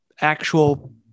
actual